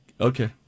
Okay